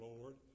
Lord